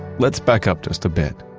let's back up just a bit.